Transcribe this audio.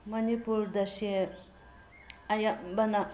ꯃꯅꯤꯄꯨꯔꯗ ꯁꯦ ꯑꯌꯥꯝꯕꯅ